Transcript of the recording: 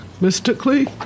Mystically